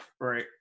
right